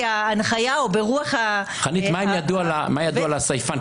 ההנחיה או ברוח --- מה ידוע על הסייפן?